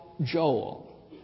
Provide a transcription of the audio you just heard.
Joel